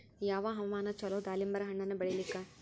ಯಾವ ಹವಾಮಾನ ಚಲೋ ದಾಲಿಂಬರ ಹಣ್ಣನ್ನ ಬೆಳಿಲಿಕ?